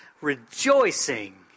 rejoicing